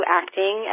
acting